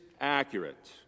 accurate